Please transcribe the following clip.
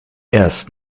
erst